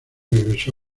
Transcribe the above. regresó